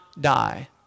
die